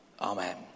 Amen